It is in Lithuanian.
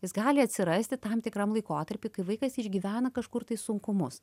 jis gali atsirasti tam tikram laikotarpy kai vaikas išgyvena kažkur tai sunkumus